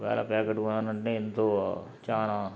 ఒకవేళ ప్యాకెటు కొనాలంటే ఎంతో చాలా